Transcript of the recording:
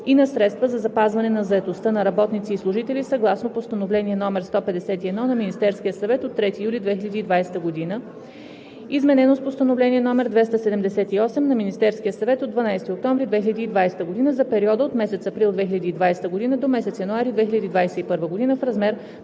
и на средства за запазване на заетостта на работници и служители, съгласно Постановление № 151 на Министерския съвет от 3 юли 2020 г., изменено с Постановление № 278 на Министерския съвет от 12 октомври 2020 г., за периода от месец април 2020 г. до месец януари 2021 г., в размер